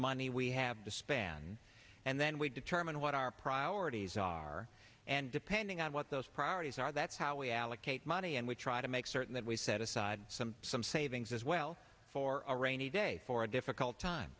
money we have dishpan and then we determine what our priorities are and depending on what those priorities are that's how we allocate money and we try to make certain that we set aside some some savings as well for a rainy day for a difficult time